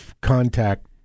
contact